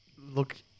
look